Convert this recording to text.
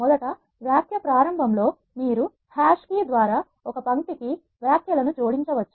మొదట వ్యాఖ్య ప్రారంభం లో మీరు హాష్ కి ద్వారా ఒకే పంక్తికి వ్యాఖ్యలను జోడించవచ్చు